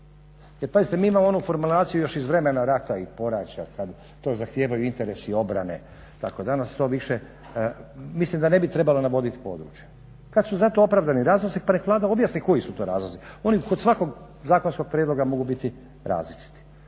mi imamo onu formulaciju još iz vremena rata i poraća kad to zahtijevaju interesi obrane. Danas to više mislim da ne bi trebalo navoditi područje. Kad su za to opravdani razlozi pa nek Vlada objasni koji su to razlozi. Oni kod svakog zakonskog prijedloga mogu biti različiti.